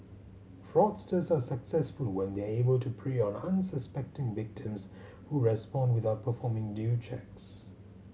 fraudsters are successful when they were able to prey on unsuspecting victims who respond without performing due checks